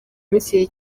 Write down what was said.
misiri